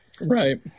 Right